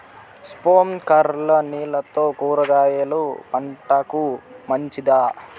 స్ప్రింక్లర్లు నీళ్లతో కూరగాయల పంటకు మంచిదా?